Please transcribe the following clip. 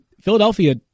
Philadelphia